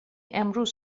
امروز